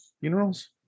funerals